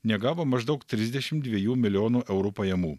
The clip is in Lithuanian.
negavo maždaug trisdešim dviejų milijonų eurų pajamų